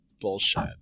bullshit